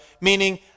meaning